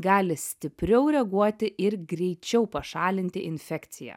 gali stipriau reaguoti ir greičiau pašalinti infekciją